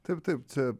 taip taip čia